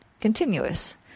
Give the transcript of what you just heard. continuous